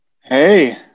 Hey